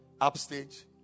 upstage